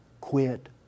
quit